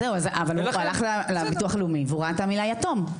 הוא הלך לביטוח לאומי והוא ראה את המילה "יתום".